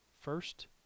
first